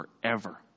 forever